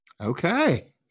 okay